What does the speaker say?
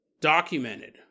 documented